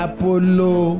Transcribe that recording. Apollo